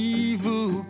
evil